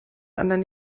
anderen